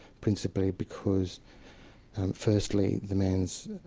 principally because firstly the man's